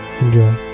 Enjoy